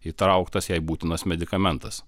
įtrauktas jai būtinas medikamentas